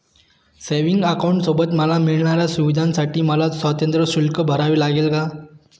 Savings अकाउंटसोबत मला मिळणाऱ्या सुविधांसाठी मला स्वतंत्र शुल्क भरावे लागेल का?